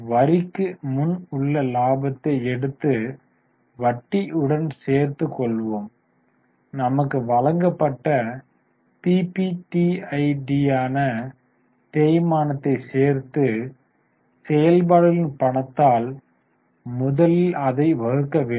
வரிக்கு முன்னுள்ள லாபத்தை எடுத்து வட்டியுடன் சேர்த்து கொள்வோம் நமக்கு வழங்கப்பட்ட பிபிடிஐடியான தேய்மானத்தை சேர்த்து செயல்பாடுகளின் பணத்தால் முதலில் அதைப் வகுக்க வேண்டும்